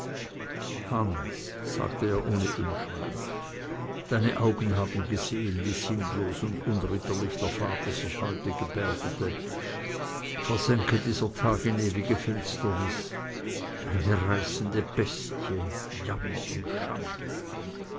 hans sagte er ohne umschweif deine augen haben gesehen wie sinnlos und unritterlich der vater sich heute gebärdete versänke dieser tag in ewige finsternis eine reißende bestie jammer und schande